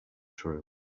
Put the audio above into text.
true